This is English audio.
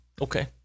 Okay